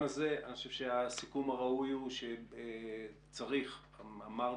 כמו